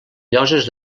lloses